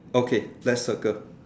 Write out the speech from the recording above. okay flat circle